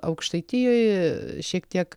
aukštaitijoj šiek tiek